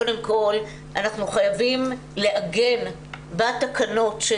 קודם כל אנחנו חייבים לעגן בתקנות של